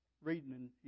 reading